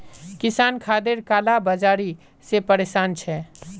किसान खादेर काला बाजारी से परेशान छे